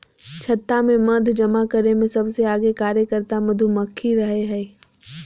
छत्ता में मध जमा करे में सबसे आगे कार्यकर्ता मधुमक्खी रहई हई